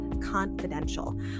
confidential